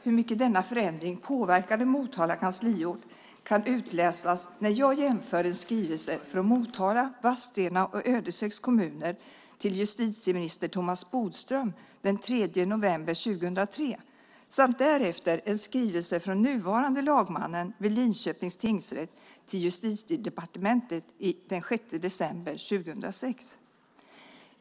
Hur mycket denna förändring påverkade Motala kansliort kan tydligast utläsas när jag jämför en skrivelse från Motala, Vadstena och Ödeshögs kommuner till justitieminister Thomas Bodström den 3 november 2003 samt därefter en skrivelse från nuvarande lagmannen vid Linköpings tingsrätt till Justitiedepartementet den 6 december 2006.